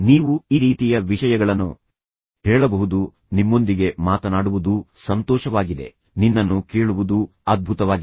ನೀವು ಈ ರೀತಿಯ ವಿಷಯಗಳನ್ನು ಹೇಳಬಹುದು ನಿಮ್ಮೊಂದಿಗೆ ಮಾತನಾಡುವುದು ಸಂತೋಷವಾಗಿದೆ ನಿನ್ನನ್ನು ಕೇಳುವುದು ಅದ್ಭುತವಾಗಿದೆ